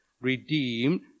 redeemed